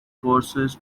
courses